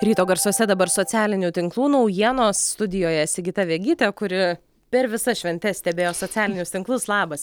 ryto garsuose dabar socialinių tinklų naujienos studijoje sigita vegytė kuri per visas šventes stebėjo socialinius tinklus labas